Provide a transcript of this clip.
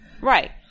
Right